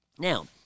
Now